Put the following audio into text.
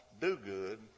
Do-Good